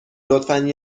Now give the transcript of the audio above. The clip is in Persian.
لطفا